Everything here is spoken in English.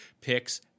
Picks